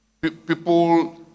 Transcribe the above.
People